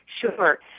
Sure